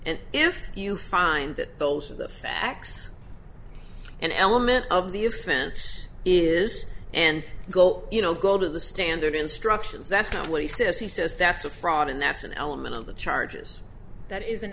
and if you find that those are the facts an element of the offense is and go you know go to the standard instructions that's not what he says he says that's a fraud and that's an element of the charges that is an